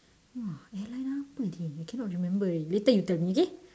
!wah! airline apa je I cannot remember already later you tell me k